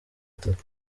atatu